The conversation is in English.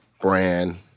brand